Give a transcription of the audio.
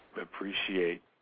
appreciate